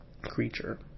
creature